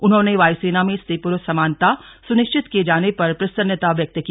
उन्होंने वायु सेना में स्त्री प्रुरुष समानता सुनिश्चित किये जाने पर प्रसन्नता व्यंक्त की